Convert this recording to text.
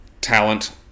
talent